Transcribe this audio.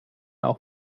auch